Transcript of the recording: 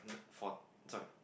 for sorry